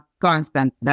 constant